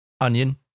onion